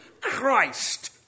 Christ